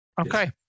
okay